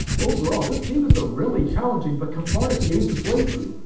overall, this game is a really challenging but cathartic game to play through.